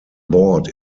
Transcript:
bought